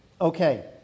Okay